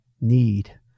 need